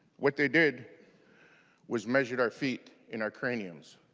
what they did was measure our feet in our craniums